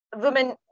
women